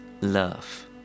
love